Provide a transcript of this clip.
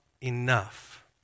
enough